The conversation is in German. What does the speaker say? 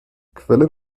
quellen